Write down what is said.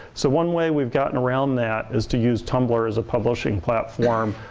so one way we've gotten around that is to use tumblr as a publishing platform.